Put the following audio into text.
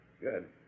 Good